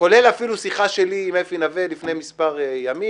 כולל אפילו שיחה שלי עם אפי נוה לפני מספר ימים,